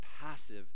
passive